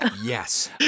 Yes